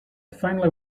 finally